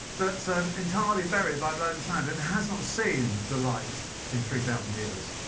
that's um entirely buried by blown sand and has not seen the light in three thousand years.